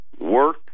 work